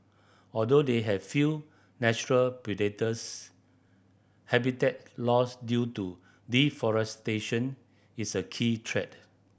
although they have few natural predators habitat loss due to deforestation is a key threat